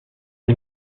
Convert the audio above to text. des